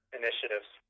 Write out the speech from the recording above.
initiatives